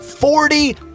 Forty